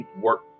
work